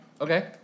Okay